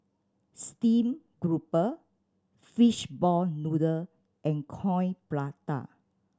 steamed grouper fishball noodle and Coin Prata